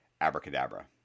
abracadabra